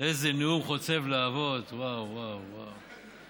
איזה נאום חוצב להבות, וואו, וואו, וואו.